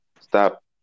Stop